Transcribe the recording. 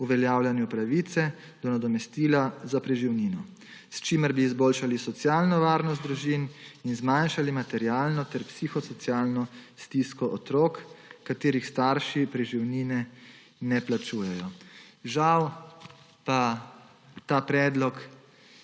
uveljavljanju pravice do nadomestila za preživnino, s čimer bi izboljšali socialno varnost družin in zmanjšali materialno ter psihosocialno stisko otrok, katerih starši preživnine ne plačujejo. Žal pa ta predlog